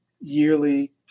yearly